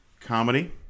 Comedy